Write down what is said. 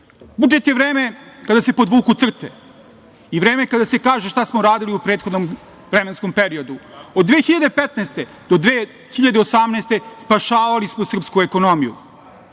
je vreme kada se podvuku crte i vreme kada se kaže šta smo uradili u prethodnom vremenskom periodu. Od 2015. godine do 2018. godine spašavali smo srpsku ekonomiju.